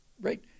Right